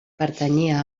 pertanyia